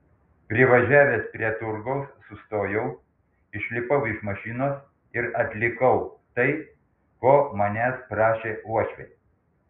privažiavęs prie turgaus sustojau išlipau iš mašinos ir atlikau tai ko manęs prašė uošvė